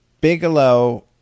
Bigelow